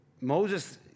Moses